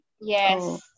Yes